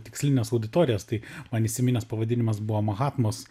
tikslines auditorijas tai man įsiminęs pavadinimas buvo mahatmos